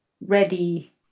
ready